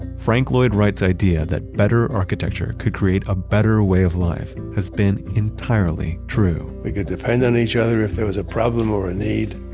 frank lloyd wright's idea that better architecture could create a better way of life has been entirely true we could depend on each other if there was a problem or a need.